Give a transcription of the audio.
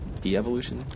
De-evolution